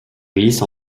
glisse